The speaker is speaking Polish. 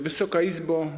Wysoka Izbo!